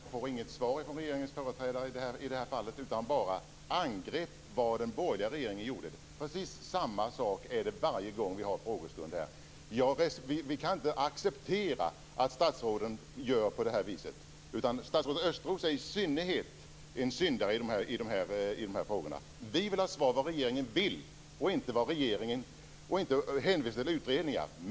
Fru talman! Jag konstaterar att jag inte får något svar från regeringens företrädare i det här fallet, utan bara angrepp på den borgerliga regeringen och vad den gjorde. Precis samma sak är det varje gång vi har frågestund här. Vi kan inte acceptera att statsråden gör på det här viset. Statsrådet Östros i synnerhet är en syndare i det avseendet. Vi vill ha svar på frågan vad regeringen vill och inte hänvisningar till utredningar.